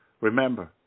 Remember